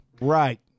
Right